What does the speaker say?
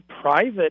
private